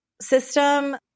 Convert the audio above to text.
system